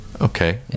Okay